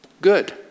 Good